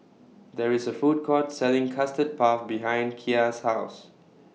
There IS A Food Court Selling Custard Puff behind Kya's House